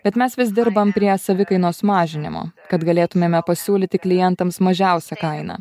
bet mes vis dirbam prie savikainos mažinimo kad galėtumėme pasiūlyti klientams mažiausią kainą